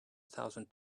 thousand